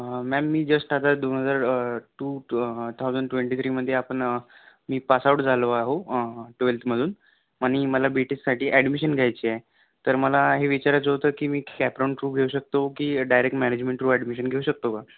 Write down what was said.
ma'am मी just आता दोन हजार टू थाउजंड ट्वेन्टी थ्रीमध्ये आपण मी पासआऊट झालो आहे ट्वेल्थमधून आणि मला बी टेकसाठी ॲडमिशन घ्यायची आहे तर मला हे विचारायचं होतं की मी कॅपराउंड थ्रू घेऊ शकतो की डायरेक्ट मॅनेजमेंट थ्रू ॲडमिशन घेऊ शकतो का